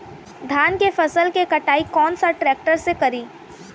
धान के फसल के कटाई कौन सा ट्रैक्टर से करी?